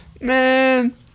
Man